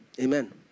Amen